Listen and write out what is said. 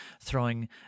throwing